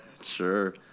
Sure